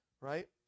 right